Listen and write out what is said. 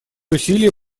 усилия